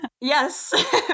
Yes